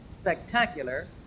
spectacular